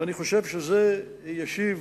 אני חושב שזה ישיב